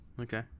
Okay